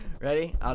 Ready